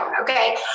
Okay